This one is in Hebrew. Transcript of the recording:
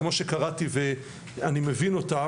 כמו שקראתי ואני מבין אותה,